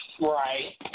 Right